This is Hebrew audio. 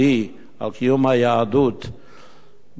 על קיום היהדות בארץ,